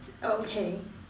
okay